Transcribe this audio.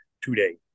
today